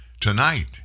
Tonight